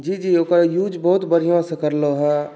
जी जी ओकर यूज़ बहुत बढिऑंसँ करलहुँ हँ